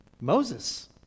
Moses